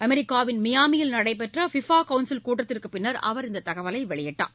அமெரிக்காவின் மியாமியில் நடைபெற்ற ஃபிஃபாகவுன்சில் கூட்டத்திற்குப் பின்னர் அவர் இந்ததகவலைவெளியிட்டார்